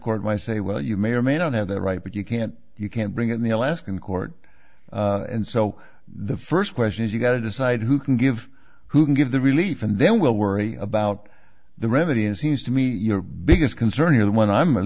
by say well you may or may not have that right but you can't you can't bring in the alaskan court and so the first question is you've got to decide who can give who can give the relief and then we'll worry about the remedy and seems to me your biggest concern is the one i'm at